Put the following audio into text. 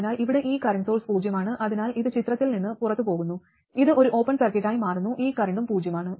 അതിനാൽ ഇവിടെ ഈ കറന്റ് സോഴ്സ് പൂജ്യമാണ് അതിനാൽ ഇത് ചിത്രത്തിൽ നിന്ന് പുറത്തുപോകുന്നു ഇത് ഒരു ഓപ്പൺ സർക്യൂട്ടായി മാറുന്നു ഈ കറന്റും പൂജ്യമാണ്